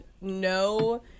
no